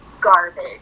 garbage